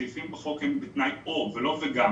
הסעיפים בחוק הם בתנאי, או, ולא וגם.